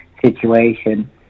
situation